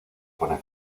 pone